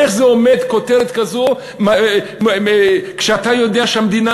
איך עומדת כותרת כזאת כשאתה יודע שהמדינה